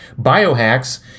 Biohacks